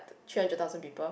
three hundred thousand people